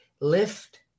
lift